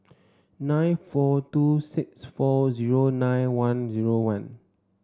nine four two six four zero nine one zero one